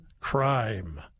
crime